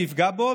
שיפגע בו,